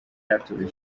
atuje